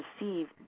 receive